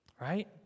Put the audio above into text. Right